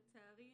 לצערי,